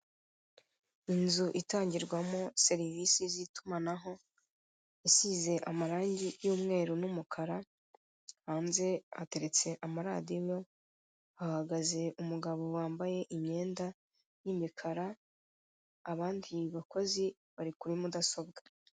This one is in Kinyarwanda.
Inzu itangirwamo serivisi z'itumanaho isize amarange y'umweru n'umukara, hanze hateretse amaradiyo, hahagaze umugabo wambaye imyenda y'imikara, abandi bakozi bari kuri mudasobwa.